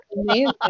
amazing